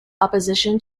opposition